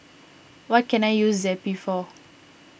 what can I use Zappy for